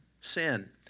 sin